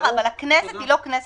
על בסיס זה גם ניתנה חוות